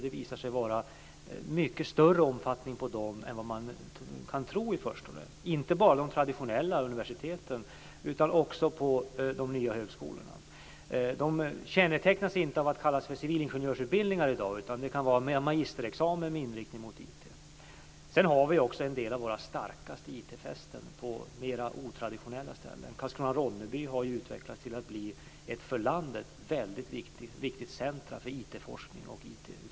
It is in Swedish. Det visar sig vara en mycket större omfattning på dem än vad man kan tro i förstone, inte bara vid de traditionella universiteten utan också vid de nya högskolorna. De kännetecknas inte av att kallas för civilingenjörsutbildningar i dag utan det kan vara magisterexamen med inriktning mot IT. Sedan har vi också en del av våra starkaste IT fästen på mer otraditionella ställen. Karlskrona/Ronneby har ju utvecklats till att bli ett för landet väldigt viktigt centrum för IT-forskning och IT